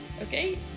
Okay